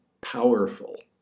powerful